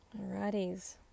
Alrighties